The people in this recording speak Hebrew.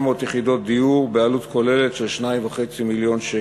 יחידות דיור בעלות כוללת של 2.5 מיליון שקל.